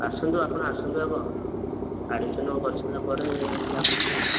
ଆସନ୍ତୁ ଆପଣ ଆସନ୍ତୁ ଆଗ ଆଡ଼୍ମିସନ୍ କରିସାରିଲା ପରେ ଯାହା ବୁଝିବା ଆଉ